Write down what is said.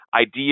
ideas